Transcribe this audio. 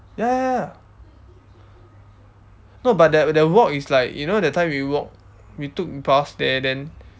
ya ya ya no but the the walk is like you know that time we walk we took bus there then